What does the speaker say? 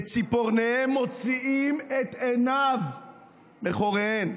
בציפורניהם מוציאים את עיניו מחוריהן".